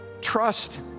trust